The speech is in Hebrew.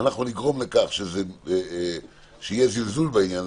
אנחנו נגרום לכך שיהיה זלזול בעניין,